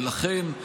ולכן,